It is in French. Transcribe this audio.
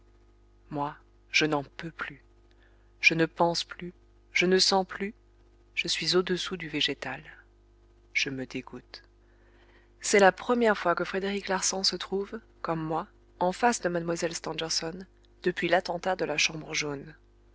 moi je n'en peux plus je ne pense plus je ne sens plus je suis au-dessous du végétal je me dégoûte c'est la première fois que frédéric larsan se trouve comme moi en face de mlle stangerson depuis l'attentat de la chambre jaune